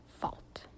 fault